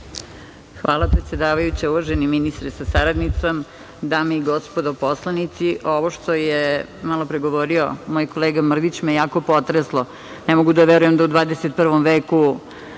Hvala, predsedavajuća. Uvaženi ministre sa saradnicom, dame i gospodo poslanici, ovo što je malopre govorio moj kolega Mrdić me je jako potreslo. Ne mogu da verujem da u 21. veku